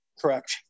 Correct